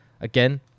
Again